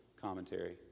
Commentary